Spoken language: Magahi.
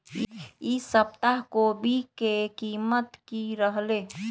ई सप्ताह कोवी के कीमत की रहलै?